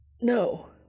No